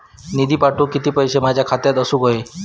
निधी पाठवुक किती पैशे माझ्या खात्यात असुक व्हाये?